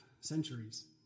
centuries